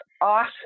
awesome